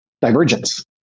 divergence